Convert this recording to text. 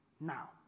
now